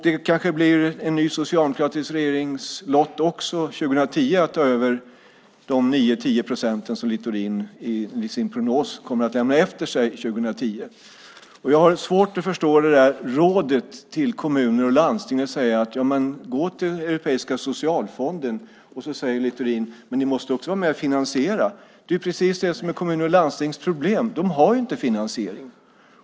Det kanske blir en ny socialdemokratisk regerings lott också 2010 att ta över de 9-10 procent som Littorin i sin prognos kommer att lämna efter sig 2010. Jag har svårt att förstå Littorins råd till kommuner och landsting att de ska gå till Europeiska socialfonden när han samtidigt säger att de måste vara med och finansiera. Men problemet för kommuner och landsting är just att de inte har finansiering.